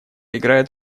играет